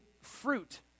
fruit